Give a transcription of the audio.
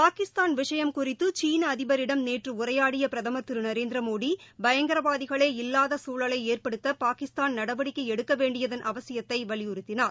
பாகிஸ்தான் விஷயம் குறித்து சீன அதிபரிடம் நேற்று உரையாடிய பிரதமர் திரு நரேந்திர மோடி பயங்கரவாதிகளே இல்லாத சூழலை ஏற்படுத்த பாகிஸ்தான் நடவடிக்கை எடுக்க வேண்டியதன் அவசியத்தை வலியுறுத்தினார்